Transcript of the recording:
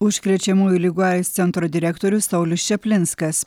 užkrečiamųjų ligų aids centro direktorius saulius čaplinskas